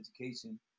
education